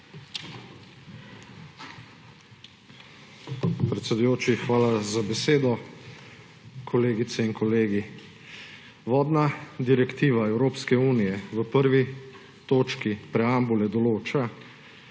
Predsedujoči, hvala za besedo. Kolegice in kolegi! Vodna direktiva Evropske unije v 1. točki preambule določa